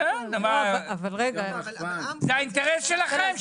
זה האינטרס שלכם,